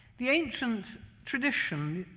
the ancient tradition,